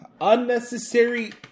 unnecessary